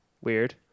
weird